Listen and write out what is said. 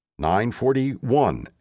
9.41